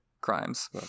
crimes